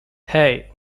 hey